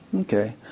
Okay